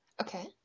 Okay